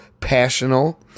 passional